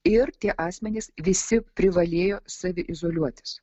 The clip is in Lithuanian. ir tie asmenys visi privalėjo saviizoliuotis